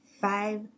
five